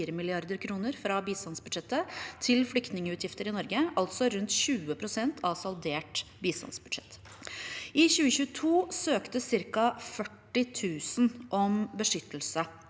fra bistandsbudsjettet til flyktningutgifter i Norge, altså rundt 20 pst. av saldert bistandsbudsjett. I 2022 søkte ca. 40 000 om beskyttelse,